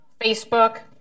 Facebook